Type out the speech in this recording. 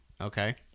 Okay